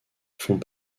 font